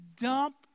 dump